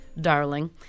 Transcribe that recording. Darling